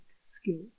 skill